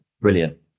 brilliant